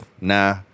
Nah